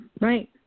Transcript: Right